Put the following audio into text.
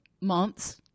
months